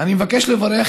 אני מבקש לברך